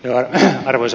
arvoisa puhemies